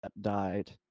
died